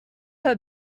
her